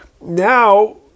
now